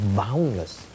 boundless